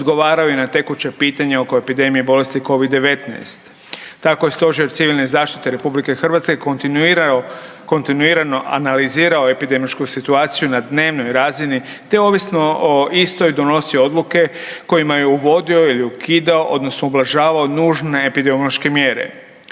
odgovarao i na tekuće pitanje oko epidemije bolesti Covid-19. Tako je Stožer civilne zaštite RH kontinuirao analizirao epidemiološku situaciju na dnevnoj razini te ovisno o istoj donosio odluke kojima je uvodio ili ukidao odnosno ublažavao nužne epidemiološke mjere.